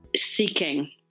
seeking